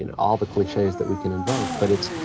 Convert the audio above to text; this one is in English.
and all the cliches that we can invoke. but it's,